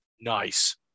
Nice